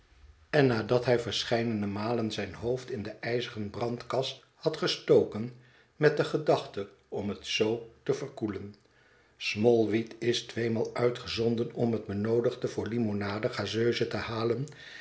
en nadat hij verscheidene malen zijn hoofd in de ijzeren brandkas had gestoken met de gedachte om het zoo te verkoelen smallweed is tweemaal uitgezonden om het benoodigde voor limonade gazeuse te halen